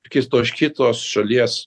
kitos kitos šalies